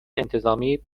انتظامی